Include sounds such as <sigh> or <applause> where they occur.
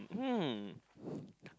hmm <breath>